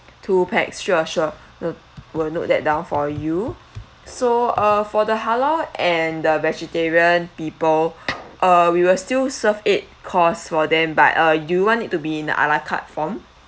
two pax sure sure will will note that down for you so uh for the halal and the vegetarian people uh we will still serve eight course for them but uh do you want it to be in a ala carte form